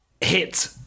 Hit